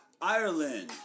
Ireland